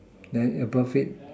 then above it